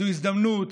זו הזדמנות.